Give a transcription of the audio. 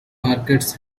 markets